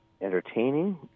entertaining